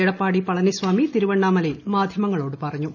എടപ്പാടി പളനിസ്വാമി തിരുവണ്ണാമലയിൽ മാധ്യമങ്ങളോട് പറഞ്ഞു